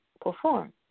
perform